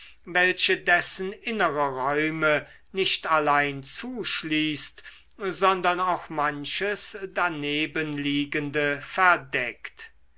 welche dessen innere räume nicht allein zuschließt sondern auch manches danebenliegende verdeckt